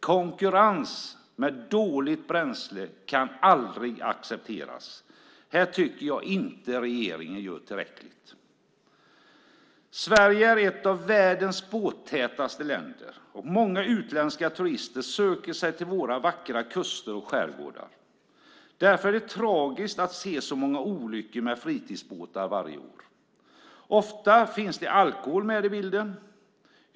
Konkurrens med dåligt bränsle kan aldrig accepteras. Här tycker jag inte att regeringen gör tillräckligt. Sverige är ett av världens båttätaste länder, och många utländska turister söker sig till våra vackra kuster och skärgårdar. Därför är det tragiskt att se så många olyckor med fritidsbåtar varje år. Ofta finns det alkohol med i bilden.